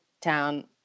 town